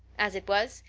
as it was,